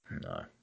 No